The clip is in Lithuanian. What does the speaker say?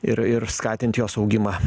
ir ir skatint jos augimą